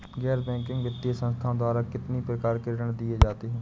गैर बैंकिंग वित्तीय संस्थाओं द्वारा कितनी प्रकार के ऋण दिए जाते हैं?